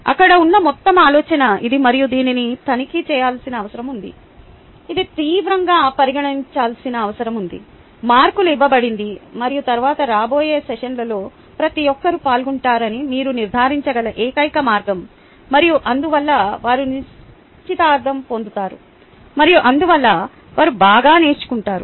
అక్కడ ఉన్న మొత్తం ఆలోచన ఇది మరియు దీనిని తనిఖీ చేయాల్సిన అవసరం ఉంది ఇది తీవ్రంగా పరిగణించాల్సిన అవసరం ఉంది మార్కులు ఇవ్వబడింది మరియు తరువాత రాబోయే సెషన్లలో ప్రతి ఒక్కరూ పాల్గొంటారని మీరు నిర్ధారించగల ఏకైక మార్గం మరియు అందువల్ల వారు నిశ్చితార్థం పొందుతారు మరియు అందువల్ల వారు బాగా నేర్చుకుంటారు